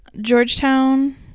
Georgetown